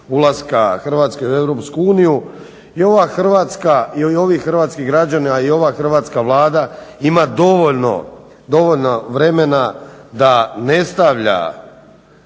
Hrvatske u Europsku uniju. I ova Hrvatska i ovi hrvatski građani a i ova hrvatska Vlada ima dovoljno vremena da ne stavlja